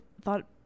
thought